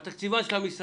או התקציבן של המשרד,